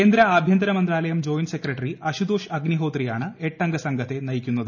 കേന്ദ്ര ആഭ്യന്തര മന്ത്രാലയം ജോയിന്റ് സെക്രട്ടറി അശുതോഷ് അഗ്നിഹോത്രിയാണ് എട്ട് അംഗ സംഘത്തെ നയിക്കുന്നത്